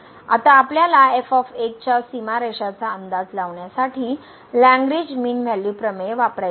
आता आपल्याला f च्या सीमारेषाचा अंदाज लावण्यासाठी लाग्रेंज मीन व्हॅल्यू प्रमेय वापरायचे आहेत